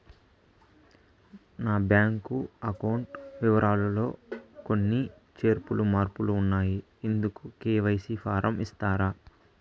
నా bank account వివరాలు లో కొన్ని చేర్పులు మార్పులు ఉన్నాయి, ఇందుకు కె.వై.సి ఫారం ఇస్తారా?